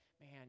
man